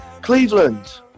Cleveland